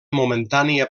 momentània